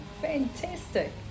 Fantastic